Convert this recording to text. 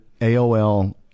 AOL